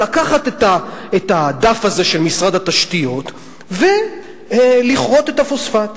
היה לקחת את הדף הזה של משרד התשתיות ולכרות את הפוספט.